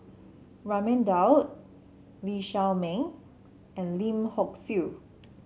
Raman Daud Lee Shao Meng and Lim Hock Siew